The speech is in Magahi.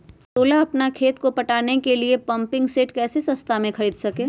सोलह अपना खेत को पटाने के लिए पम्पिंग सेट कैसे सस्ता मे खरीद सके?